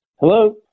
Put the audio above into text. Hello